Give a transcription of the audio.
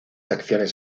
acciones